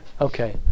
Okay